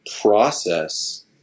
process